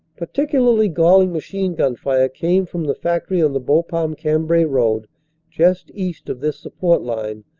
particularly galling machine-gun fire came from the factory on the bapaume-cambrai road just east of this support line,